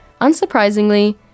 Unsurprisingly